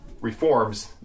reforms